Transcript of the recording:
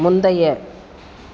முந்தைய